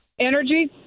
Energy